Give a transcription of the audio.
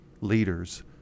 leaders